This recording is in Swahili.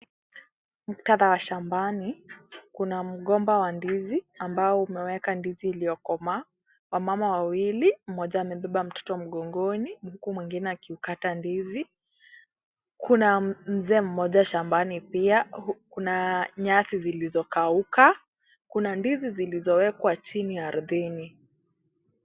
Muktadha wa shambani. Kuna mgomba wa ndizi amabo umeweka ndizi uliokomaa, wamama wawili mmoja amebeba mtoto mgongoni, huku mwengine akiukata ndizi. Kuna mzee mmoja shambani pia. Kuna nyasi zilizokauka. Kuna ndizi zilizowekwa chini ardhini.